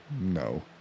No